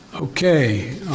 Okay